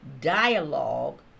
dialogue